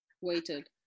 Waited